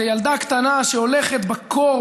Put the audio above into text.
כילדה קטנה שהולכת בקור,